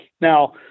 Now